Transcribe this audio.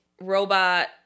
robot